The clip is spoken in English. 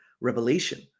revelation